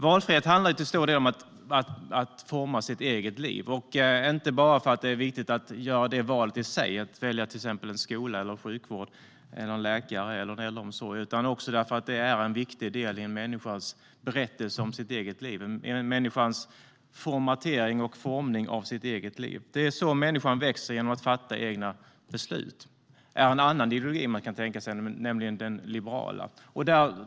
Valfrihet handlar till stor del om att få forma sitt eget liv. Det är inte bara viktigt att få göra valet i sig - till exempel välja skola, sjukvård, läkare eller äldreomsorg - utan det är även en viktig del i en människas berättelse om sitt eget liv. Det handlar om människans formatering och formning av sitt eget liv. Det är genom att fatta egna beslut människan växer. Det är en annan ideologi man kan tänka sig, nämligen den liberala.